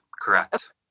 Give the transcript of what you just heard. Correct